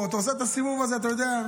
עושה את הסיבוב הזה, אתה יודע.